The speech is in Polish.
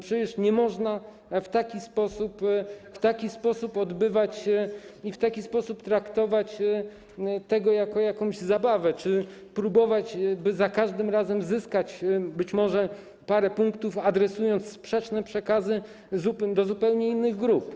Przecież nie może w taki sposób się to odbywać i nie można w taki sposób traktować tego, jak jakąś zabawę, czy próbować za każdym razem zyskać być może parę punktów, adresując sprzeczne przekazy do zupełnie innych grup.